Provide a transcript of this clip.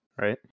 right